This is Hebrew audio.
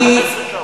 כמעט 15 שעות.